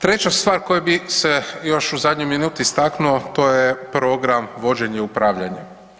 Treća stvar koju bi još u zadnjoj minuti istaknuo, to je program vođenje-upravljanje.